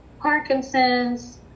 Parkinson's